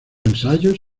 ensayos